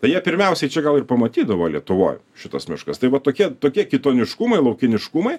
tai jie pirmiausiai čia gal ir pamatydavo lietuvoj šitas meškas tai va tokie tokie kitoniškumai laukiniškumai